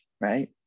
right